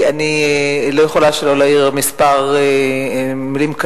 אני לא יכולה שלא להעיר בכמה מלים על